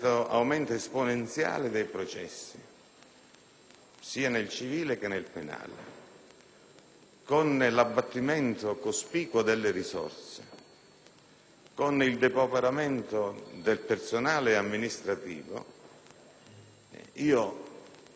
sia nel civile che nel penale, l'abbattimento cospicuo delle risorse e il depauperamento del personale amministrativo, ritengo che